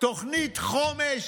תוכנית חומש,